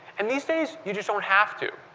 and these days you just don't have to.